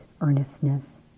earnestness